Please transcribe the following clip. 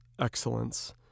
excellence